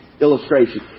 illustration